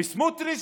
וסמוטריץ'